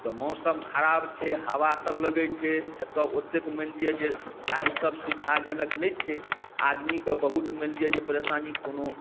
तऽ मौसम खराब छै हवा सब लगै छै एतऽ ओतेक मानि लिअ जे गाड़ी सब सुविधाजनक नहि छै आदमी के बहुत मानि लिअ जे परेशानी कोनो